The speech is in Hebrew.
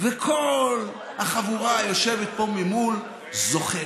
וכל החבורה היושבת פה ממול זוחלת,